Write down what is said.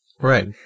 Right